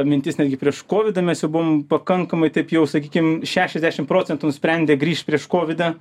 mintis netgi prieš kovidą mes jau buvom pakankamai taip jau sakykim šešiasdešim procentų nusprendę grįšt prieš kovidą